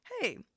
Hey